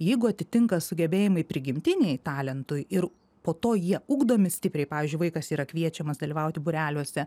jeigu atitinka sugebėjimai prigimtiniai talentui ir po to jie ugdomi stipriai pavyzdžiui vaikas yra kviečiamas dalyvauti būreliuose